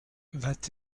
vingt